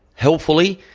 hopefully,